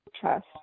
trust